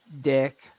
dick